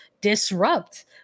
disrupt